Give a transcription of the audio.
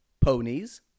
ponies